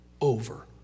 over